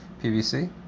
PVC